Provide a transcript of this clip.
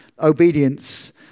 obedience